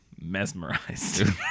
mesmerized